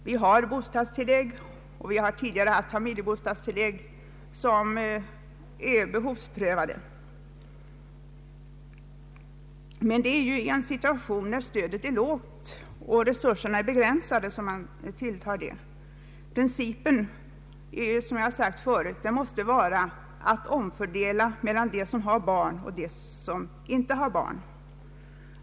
Vi har bostadstillägg, och vi har tidigare haft familjebostadstillägg, som är behovsprövade, Men det är ju i en situation när stödet är lågt och resurserna begränsade som detta tillgripes. Principen måste vara att omfördela mellan dem som har barn och dem som inte har barn.